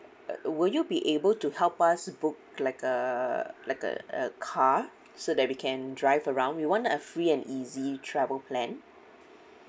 uh would you be able to help us book like a like a a car so that we can drive around we want a free and easy travel plan